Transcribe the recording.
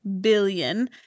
billion